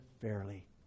fairly